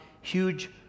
huge